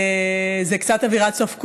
זה קצת אווירת סוף קורס,